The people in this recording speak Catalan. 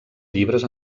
llibres